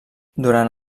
durant